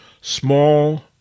small